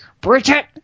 Bridget